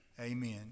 amen